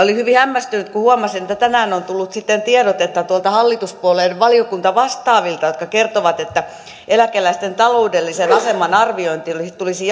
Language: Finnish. olin hyvin hämmästynyt kun huomasin että tänään on tullut sitten tiedotetta hallituspuolueiden valiokuntavastaavilta jotka kertoivat että eläkeläisten taloudellisen aseman arviointi tulisi